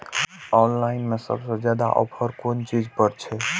Online में सबसे ज्यादा ऑफर कोन चीज पर छे?